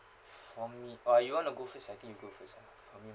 for me or you want to go first I think you go first ah